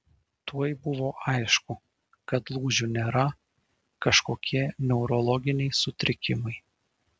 tuoj buvo aišku kad lūžių nėra kažkokie neurologiniai sutrikimai